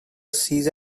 cease